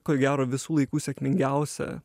ko gero visų laikų sėkmingiausia